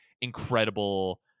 incredible